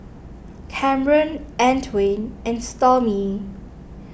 Kamron Antwain and Stormy